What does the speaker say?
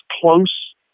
close